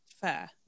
Fair